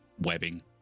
webbing